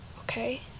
Okay